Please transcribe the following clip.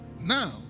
now